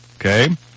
Okay